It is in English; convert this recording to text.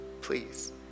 please